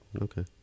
Okay